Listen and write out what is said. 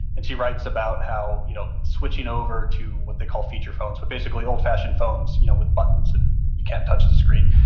and she writes about how you know switching over to what they call feature phones, but basically, old-fashioned phones you know with buttons and you can't touch the screen,